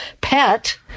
pet